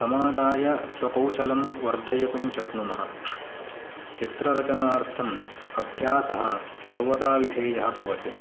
तमादाय स्वकौशलं वर्धयितुं शक्नुमः चित्ररचनार्थम् अभ्यासः सर्वदा विधेयः भवति